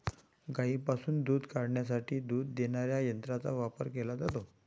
गायींपासून दूध काढण्यासाठी दूध देणाऱ्या यंत्रांचा वापर केला जातो